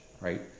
right